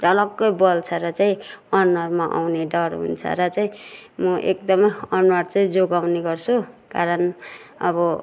झलक्कै बल्छ र चाहिँ अनुहारमा आउने डर हुन्छ र चाहिँ म एकदमै अनुहार चाहिँ जोगाउने गर्छु कारण अब